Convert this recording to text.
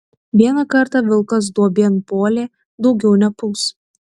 vieną kartą vilkas duobėn puolė daugiau nepuls